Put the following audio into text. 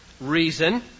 reason